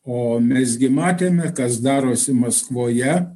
o mes gi matėme kas darosi maskvoje